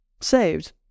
saved